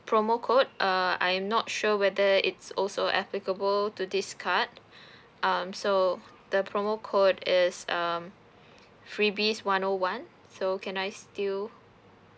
promo code err I'm not sure whether it's also applicable to this card um so the promo code is um freebies one O one so can I still